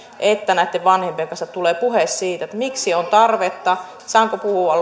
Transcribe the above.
että näitten vanhempien kanssa tulee puhe siitä miksi heillä on tarvetta saanko puhua